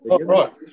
right